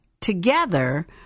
together